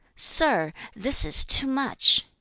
sir, this is too much!